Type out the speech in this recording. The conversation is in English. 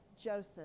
joseph